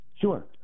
Sure